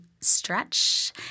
stretch